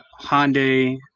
Hyundai